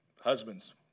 husbands